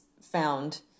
found